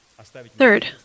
Third